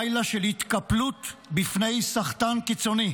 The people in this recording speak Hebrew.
לילה של התקפלות בפני סחטן קיצוני,